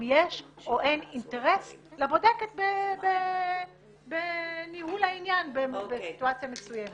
יש או אין אינטרס לבודקת בניהול העניין בסיטואציה מסוימת.